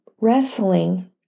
wrestling